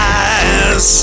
eyes